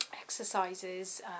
exercises